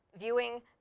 viewing